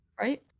right